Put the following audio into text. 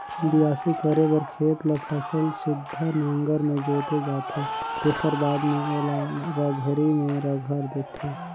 बियासी करे बर खेत ल फसल सुद्धा नांगर में जोते जाथे तेखर बाद में ओला रघरी में रघर देथे